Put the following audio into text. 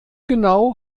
genau